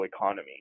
economy